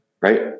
Right